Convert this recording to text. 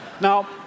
Now